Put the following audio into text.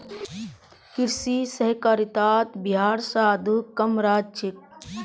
कृषि सहकारितात बिहार स आघु कम राज्य छेक